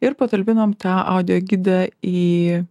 ir patalpinom tą audio gidą į